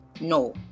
No